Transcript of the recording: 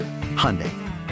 hyundai